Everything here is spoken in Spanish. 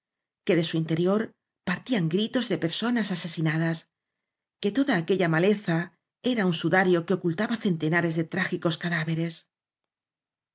que de su interior partían gritos de personas asesinadas que toda aquella maleza era un sudario que ocultaba centenares de trá gicos cadáveres